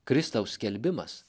kristaus skelbimas